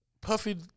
Puffy